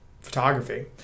photography